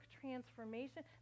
transformation